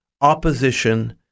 opposition